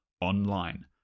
online